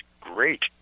great